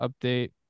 update